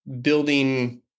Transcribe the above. building